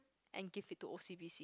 and give it to O_C_B_C